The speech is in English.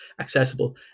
accessible